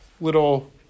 little